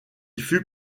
fut